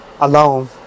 alone